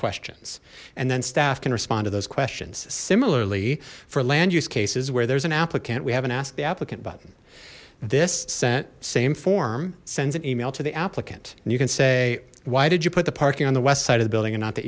questions and then staff can respond to those questions similarly for land use cases where there's an applicant we haven't asked the applicant button this sent same forum sends an email to the applicant you can say why did you put the parking on the west side of the building and not the